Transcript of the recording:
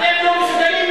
אתם לא מסוגלים.